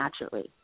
naturally